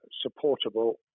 supportable